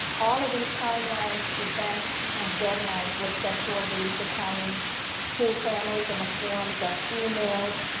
all of these timelines, events, and deadlines were sent to our volusia county school families in the forms of emails,